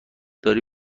داری